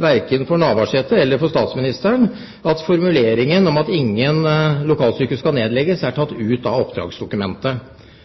verken for Navarsete eller for statsministeren, at formuleringen om at ingen lokalsykehus skal nedlegges, er tatt ut av oppdragsdokumentet.